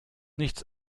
nichts